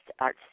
art